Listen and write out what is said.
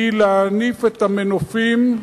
היא להניף את המנופים,